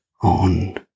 on